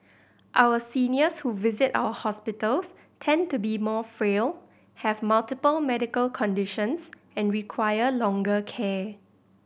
our seniors who visit our hospitals tend to be more frail have multiple medical conditions and require longer care